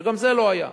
שגם זה לא היה.